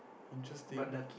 interesting